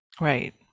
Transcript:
right